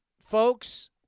Folks